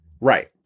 Right